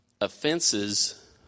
offenses